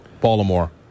Baltimore